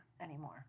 anymore